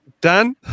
Dan